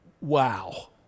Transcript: Wow